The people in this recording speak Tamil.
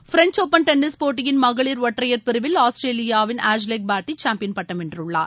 பிரெஞ்ச் ஒப்பன் டென்னிஸ் போட்டியின் மகளிர் ஒற்றையர் பிரிவில் ஆஸ்திரேலியாவின் ஆஷ்லெஹ் பார்ட சாம்பியன் பட்டம் வென்றுள்ளார்